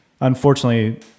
unfortunately